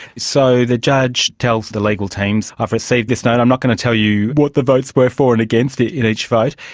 so the judge tells the legal teams, i have received this note, i'm not going to tell you what the votes were for and against in each vote.